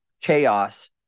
chaos